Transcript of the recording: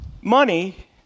money